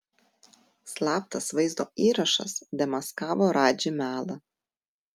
slaptas vaizdo įrašas demaskavo radži melą